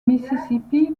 mississippi